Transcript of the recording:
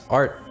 art